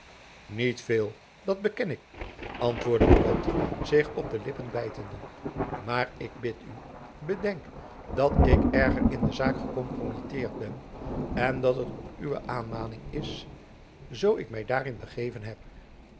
niet veel dat beken ik antwoordde buat zich op de lippen bijtende maar ik bid u bedenk dat ik erger in de zaak gekompromitteerd ben en dat het op uwe aanmaning is zoo ik my daarin begeven heb